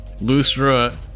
Lustra